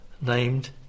named